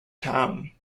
town